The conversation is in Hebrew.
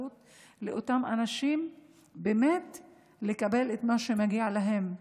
אפשרות לאותם אנשים באמת לקבל את מה שמגיע להם.